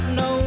no